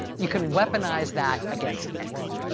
you could weaponize that against anyone.